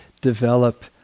develop